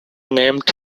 named